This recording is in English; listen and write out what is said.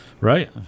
right